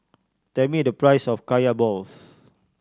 tell me the price of Kaya balls